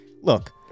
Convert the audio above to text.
Look